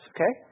Okay